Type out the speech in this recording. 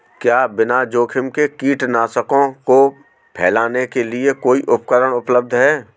क्या बिना जोखिम के कीटनाशकों को फैलाने के लिए कोई उपकरण उपलब्ध है?